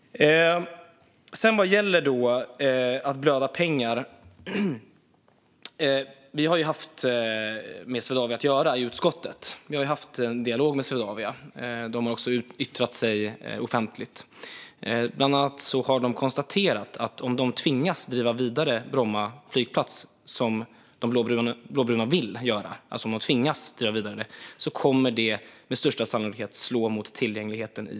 Vad gäller att blöda pengar har vi haft med Swedavia att göra i utskottet. Vi har haft en dialog med Swedavia, och de har också yttrat sig offentligt. Bland annat har de konstaterat att det med största sannolikhet kommer att slå mot tillgängligheten i Sverige om de tvingas att driva Bromma flygplats vidare, som de blåbruna vill.